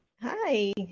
Hi